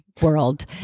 world